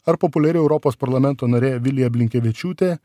ar populiari europos parlamento narė vilija blinkevičiūtė